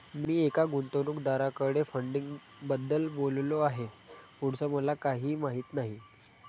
मी एका गुंतवणूकदाराकडे फंडिंगबद्दल बोललो आहे, पुढचं मला काही माहित नाही